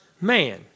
man